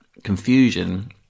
confusion